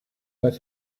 bei